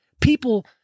people